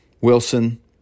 Wilson